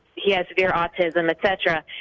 he has severe autism, etc.